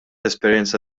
esperjenza